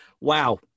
wow